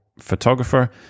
photographer